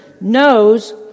knows